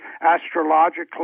astrologically